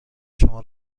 شما